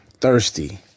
thirsty